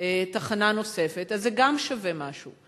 תחנה נוספת, גם זה שווה משהו.